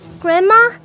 Grandma